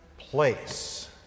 place